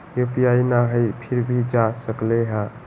UPI न हई फिर भी जा सकलई ह?